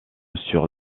sur